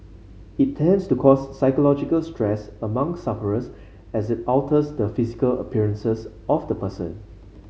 it tends to cause psychological stress among sufferers as it alters the physical appearances of the person